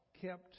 kept